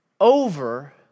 over